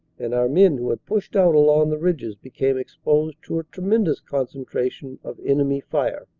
and our men who had pushed out along the ridges became exposed to a tremendous concentration of enemy fire,